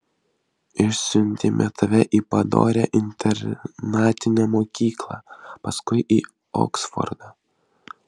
išsiuntėme tave į padorią internatinę mokyklą paskui į oksfordą